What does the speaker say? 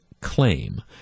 claim